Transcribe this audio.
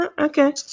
Okay